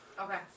Okay